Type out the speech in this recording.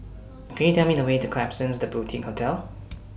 Can YOU Tell Me The Way to Klapsons The Boutique Hotel